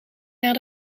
naar